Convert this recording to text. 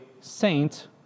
saint